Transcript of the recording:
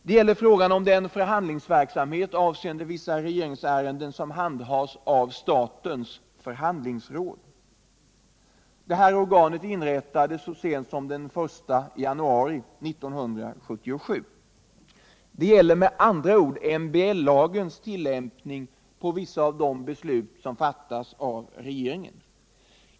Det gäller frågan om den förhandlingsverksamhet avseende vissa regeringsärenden som handhas av statens förhandlingsråd. Detta organ inrättades den 1 januari 1977. Det gäller med andra ord MBL-lagens tillämpning på vissa av de beslut som fattas av regeringen.